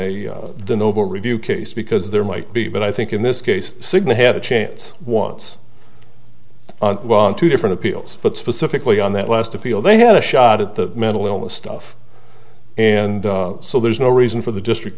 in the noble review case because there might be but i think in this case cigna had a chance once on two different appeals but specifically on that last appeal they had a shot at the mental illness stuff and so there's no reason for the district